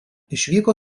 išvyko